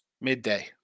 midday